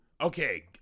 okay